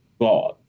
God